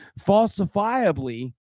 falsifiably